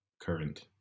current